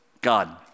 God